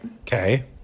Okay